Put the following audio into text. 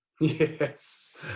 Yes